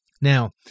Now